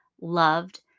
loved